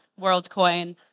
WorldCoin